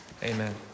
Amen